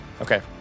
okay